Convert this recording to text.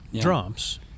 drums